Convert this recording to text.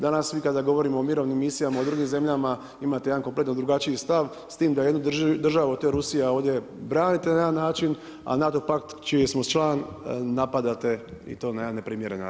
Danas svi kada govorimo o mirovnim misijama u drugim zemljama imate jedan kompletno drugačiji stav s tim da jednu državu a to je Rusija ovdje branite na jedan način, a NATO pakt čiji smo član napadate i to na jedan neprimjeren način.